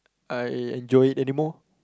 I enjoy anymore